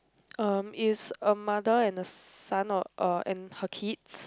um is a mother and a son or uh and her kids